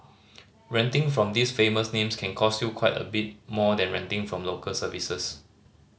renting from these famous names can cost you quite a bit more than renting from local services